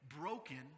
broken